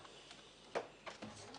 בשעה